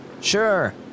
Sure